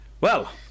Well